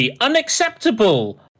Unacceptable